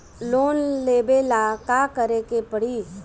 Loan लेबे ला का करे के पड़ी?